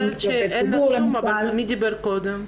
שאין כלום, אבל קודם,